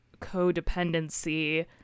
codependency